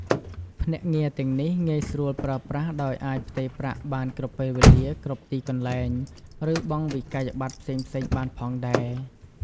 ភ្នាក់ងារទាំងនេះងាយស្រួលប្រើប្រាស់ ដោយអាចផ្ទេរប្រាក់បានគ្រប់ពេលវេលា គ្រប់ទីកន្លែង ឬបង់វិក្កយបត្រផ្សេងៗបានផងដែរ។